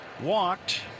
walked